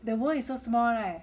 the world is so small [right]